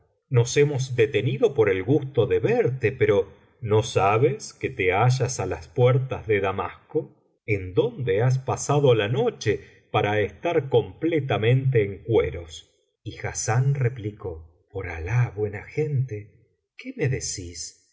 nos hemos detenido por el gusto de verte pero no sabes que te hallas á las puertas de damasco en dónde has pasado la noche para estar completamente en cueros y hassán replicó por alah buena gente qué me decís